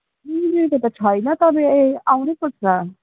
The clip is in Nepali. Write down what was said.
चिनेको त छैन तपाईँ आउनै पर्छ